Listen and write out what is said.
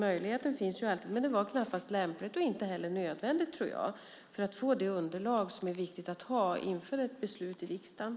Möjligheten fanns, men det var knappast lämpligt eller nödvändigt att börja om för att få det underlag som behövs inför ett beslut i riksdagen.